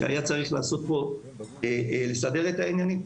והיה צריך לסדר את העניינים.